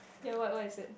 then what what is it